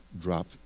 drop